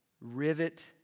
rivet